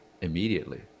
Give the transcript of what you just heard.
immediately